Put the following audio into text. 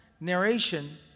narration